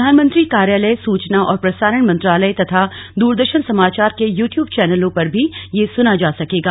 प्रधानमंत्री कार्यालय सूचना और प्रसारण मंत्रालय तथा दूरदर्शन समाचार के यू टयूब चैनलों पर भी यह सुना जा सकेगा